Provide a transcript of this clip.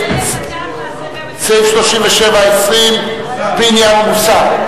סעיף 37(20), פיניאן, מוסר.